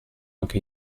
anche